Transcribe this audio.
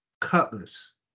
Cutlass